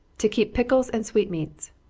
to keep pickles and sweetmeats.